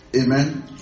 Amen